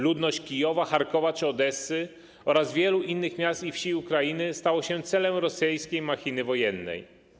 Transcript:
Ludność Kijowa, Charkowa czy Odessy oraz wielu innych miast i wsi Ukrainy stała się celem rosyjskiej machiny wojennej.